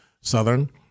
southern